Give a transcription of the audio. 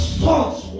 thoughts